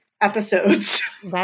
Episodes